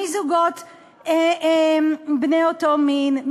מזוגות בני אותו מין,